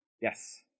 Yes